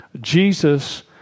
Jesus